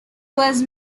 was